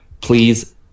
please